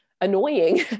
annoying